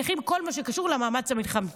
נכים וכל מה שקשור למאמץ המלחמתי?